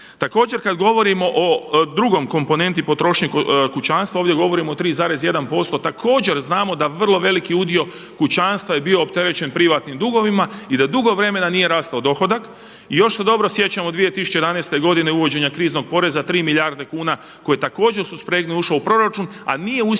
Također kad govorimo o drugoj komponenti potrošnje kućanstva, ovdje govorim o 3,1%. Također znamo da vrlo veliki udio kućanstva je bio opterećen privatnim dugovima i da dugo vremena nije rastao dohodak. I još se dobro sjećam u 2011. godini uvođenja kriznog poreza 3 milijarde kuna koji je također suspregnuo, ušao u proračun, a nije uspio